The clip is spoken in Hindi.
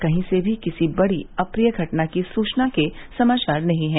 कहीं से किसी भी बड़ी अप्रिय घटना की सूचना के समाचार नहीं है